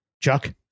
Chuck